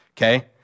Okay